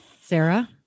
Sarah